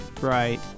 Right